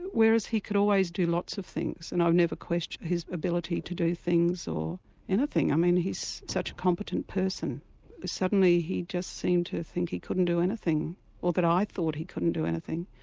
whereas he could always do lots of things and i've never questioned his ability to do things or anything. i mean he's such a competent person and suddenly he just seemed to think he couldn't do anything or that i thought he couldn't do anything.